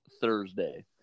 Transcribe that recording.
Thursday